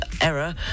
error